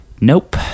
Nope